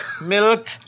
milk